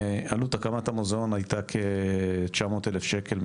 עלות הקמת המוזיאון הייתה כ-900 אלף שקל,